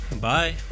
Bye